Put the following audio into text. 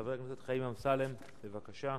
חבר הכנסת חיים אמסלם, בבקשה.